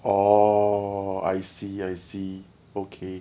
orh I see I see okay